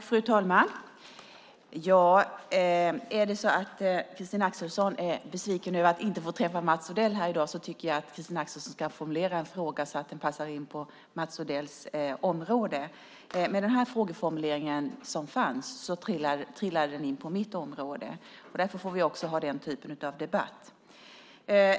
Fru talman! Är det så att Christina Axelsson är besviken över att inte få träffa Mats Odell här i dag, tycker jag att Christina Axelsson ska formulera en fråga så att den passar in på Mats Odells område. Med den frågeformulering som var i interpellationen trillade den in på mitt område. Därför får vi också ha den typen av debatt.